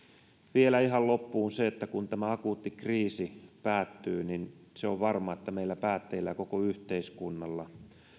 vielä ihan loppuun kun tämä akuutti kriisi päättyy niin se on varma että meillä päättäjillä koko yhteiskunnalla